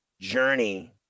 journey